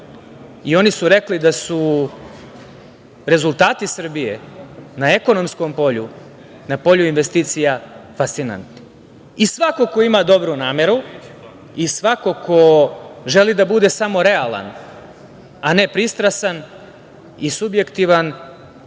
Oni su rekli da su rezultati Srbije na ekonomskom polju na polju investicija fascinantni. Svako ko ima dobru nameru i svako ko želi da bude samo realan a ne pristrasan i subjektivan,